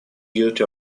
guilty